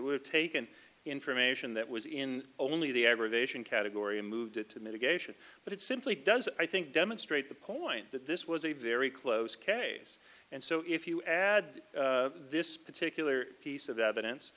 have taken information that was in only the aggravation category and moved it to mitigation but it simply does i think demonstrate the point that this was a very close case and so if you add this particular piece of evidence